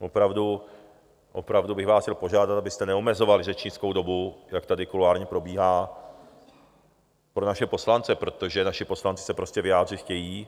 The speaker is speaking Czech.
Opravdu bych vás chtěl požádat, abyste neomezovali řečnickou dobu, jak tady kuloárně probíhá, pro naše poslance, protože naši poslanci se prostě vyjádřit chtějí.